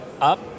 up